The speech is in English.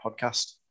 podcast